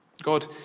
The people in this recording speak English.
God